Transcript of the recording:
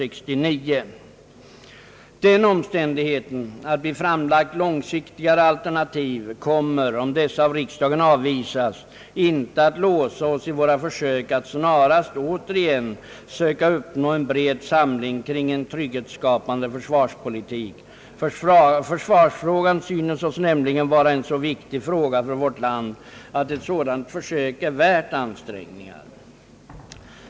Den omständigheten att vi framlagt långsiktigare alternativ kommer — om dessa av riksdagen avvisas — inte att låsa oss i våra försök att snarast återigen försöka uppnå en bred samling kring en trygghetsskapande försvarspolitik. Försvarsfrågan synes oss nämligen vara så viktig för vårt land, att ett sådant försök är värt alla ansträngningar.